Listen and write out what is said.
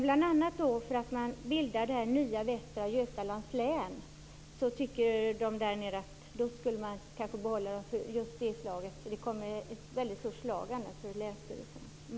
Bl.a. för att man bildar det nya Västra Götalands län tycker man där nere att man kanske kunde behålla pengarna. Det kommer att bli ett mycket stort slag annars för länsstyrelserna.